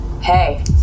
hey